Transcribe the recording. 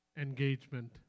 engagement